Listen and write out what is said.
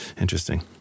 Interesting